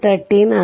9233